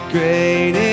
Great